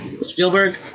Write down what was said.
Spielberg